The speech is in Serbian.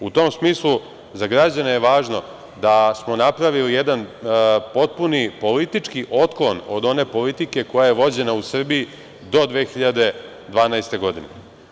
U tom smislu, za građane je važno da smo napravili jedan potpuni politički otklon od one politike koja je vođena u Srbiji do 2012. godine.